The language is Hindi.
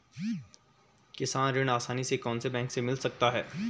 किसान ऋण आसानी से कौनसे बैंक से मिल सकता है?